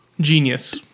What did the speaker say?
Genius